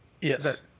Yes